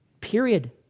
period